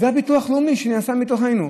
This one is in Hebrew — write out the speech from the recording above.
זה הביטוח הלאומי, שנעשה מתוכנו.